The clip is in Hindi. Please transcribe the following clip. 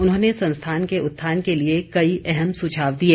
उन्होंने संस्थान के उत्थान के लिए कई अहम सुझाव दिए